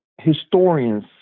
historians